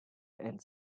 and